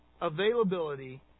availability